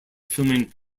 filming